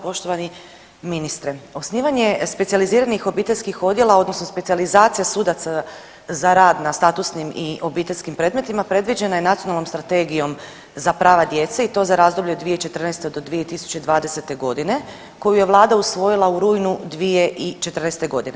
Poštovani ministre, osnivanje specijaliziranih obiteljskih odjela odnosno specijalizacija sudaca za rad na statusnim i obiteljskim predmetima predviđena je Nacionalnom strategijom za prava djece i to za razdoblje 2014. do 2020. godine koju je Vlada usvojila u rujnu 2014. godine.